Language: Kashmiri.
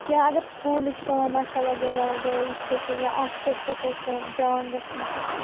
کینٛہہ اگر سکوٗلٕچ کٲم آسہِ ہا وغیرہ وغیرہ یتھٕے کنۍ یا آفسس پیٹھ اوس پیوان گژھُن تہٕ